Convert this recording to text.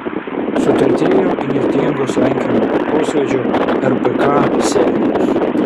sutratėjo įnirtingos rankinio kulkosvaidžio rpk serijos